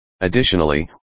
Additionally